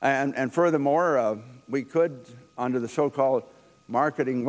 and furthermore of we could under the so called marketing